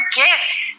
gifts